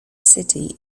city